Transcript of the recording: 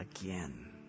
again